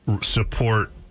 support